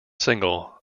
single